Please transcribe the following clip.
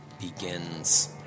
begins